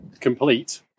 complete